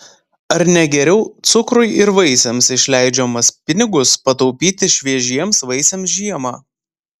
ar ne geriau cukrui ir vaisiams išleidžiamas pinigus pataupyti šviežiems vaisiams žiemą